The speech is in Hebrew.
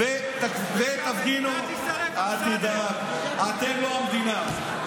אל תדאג, אתם לא המדינה.